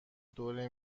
دور